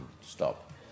stop